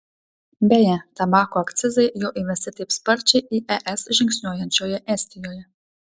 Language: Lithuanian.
beje tabako akcizai jau įvesti taip sparčiai į es žingsniuojančioje estijoje